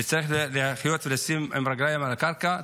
וצריך לחיות עם רגליים על הקרקע,